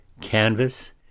Canvas